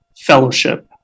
fellowship